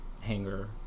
hanger